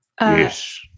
Yes